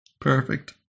Perfect